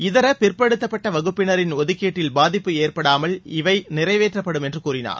இதர பிறப்படுத்தப்பட்ட வகுப்பினரின் ஒதுக்கீட்டில் பாதிப்பு ஏற்படாமல் இவை நிறைவேற்றப்படும் என்று கூறினார்